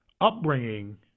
upbringing